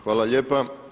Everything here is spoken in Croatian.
Hvala lijepa.